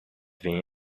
been